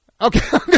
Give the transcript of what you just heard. okay